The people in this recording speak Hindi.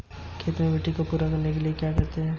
खेत में मिट्टी को पूरा करने के लिए क्या करते हैं?